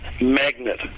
magnet